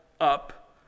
up